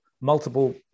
multiple